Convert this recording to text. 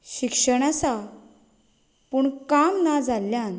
शिक्षण आसा पूण काम ना जाल्ल्यान